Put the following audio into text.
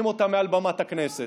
לא באמת אומרים אותם מעל במת הכנסת,